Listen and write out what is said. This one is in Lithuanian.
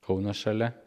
kaunas šalia